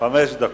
חמש דקות.